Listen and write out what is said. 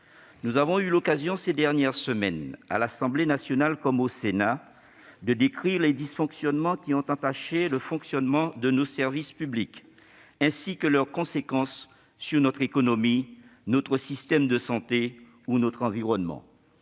Nous avons eu l'occasion, ces dernières semaines, à l'Assemblée nationale comme au Sénat, de décrire les dysfonctionnements qui ont entaché nos services publics, ainsi que leurs conséquences sur notre économie, sur notre système de santé ou sur notre environnement.